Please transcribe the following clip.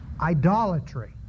idolatry